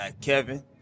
Kevin